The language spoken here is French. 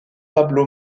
pablo